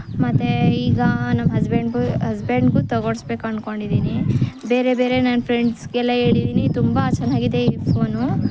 ಮತ್ತು ಈಗ ನಮ್ಮ ಹಸ್ಬೆಂಡು ಹಸ್ಬೆಂಡ್ಗೂ ತೊಗೋಡ್ಸಬೇಕು ಅಂದ್ಕೊಂಡಿದ್ದೀನಿ ಬೇರೆ ಬೇರೆ ನನ್ನ ಫ್ರೆಂಡ್ಸ್ಗೆಲ್ಲ ಹೇಳಿದ್ದೀನಿ ತುಂಬ ಚೆನ್ನಾಗಿದೆ ಈ ಫೋನು